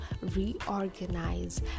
reorganize